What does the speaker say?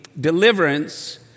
deliverance